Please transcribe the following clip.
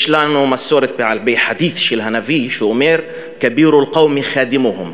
יש לנו מסורת בחדית' של הנביא שהוא אומר: כּבּיר אל-קום ח'אדמהם,